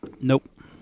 Nope